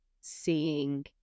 seeing